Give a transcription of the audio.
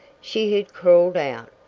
she had crawled out,